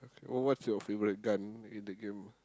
oh what's your favourite gun in the game